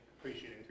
appreciating